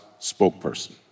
spokesperson